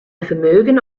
vermögen